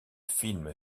film